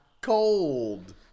cold